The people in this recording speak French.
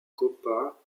copa